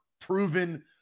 Proven